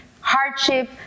hardship